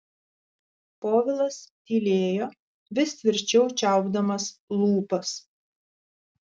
povilas tylėjo vis tvirčiau čiaupdamas lūpas